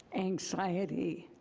anxiety,